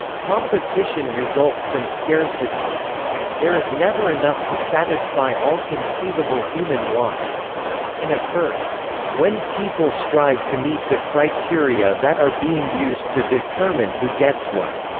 competition results from scarcity there is never enough to satisfy all conceivable human wants and occurs when people strive to meet the criteria that are being used to determine who gets what.